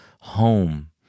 home